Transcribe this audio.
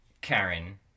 Karen